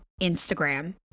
Instagram